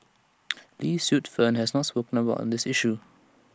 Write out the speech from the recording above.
lee Suet Fern has not spoken up on this issue